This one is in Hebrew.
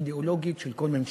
האידיאולוגית של כל ממשלה.